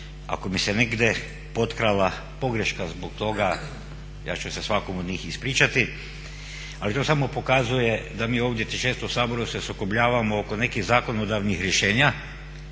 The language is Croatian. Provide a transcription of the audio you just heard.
Ako mi se negdje potkrala pogreška zbog toga ja ću se svakom od njih ispričati, ali to samo pokazuje da mi ovdje često u Saboru se sukobljavamo oko nekih zakonodavnih rješenja